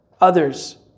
others